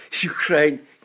Ukraine